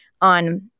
on